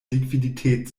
liquidität